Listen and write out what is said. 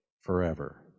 forever